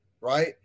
Right